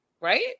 Right